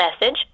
message